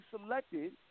selected